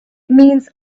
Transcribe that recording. means